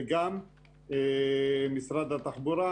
וגם משרד התחבורה,